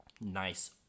nice